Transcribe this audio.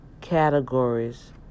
categories